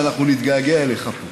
ואנחנו נתגעגע אליך.